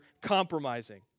compromising